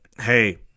hey